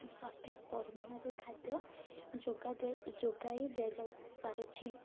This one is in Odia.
ସଠିକ୍ ପରିମାଣରେ ଖାଦ୍ୟ ଯୋଗ ଯୋଗାଇ ଦିଆଯାଇ ପାରୁଛି